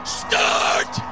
start